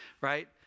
right